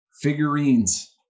Figurines